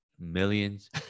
Millions